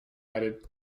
added